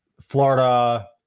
Florida